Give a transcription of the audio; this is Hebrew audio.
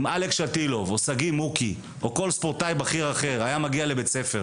אם אלכס שטילוב או שגיא מוקי היו מגיעים לבית ספר